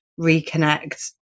reconnect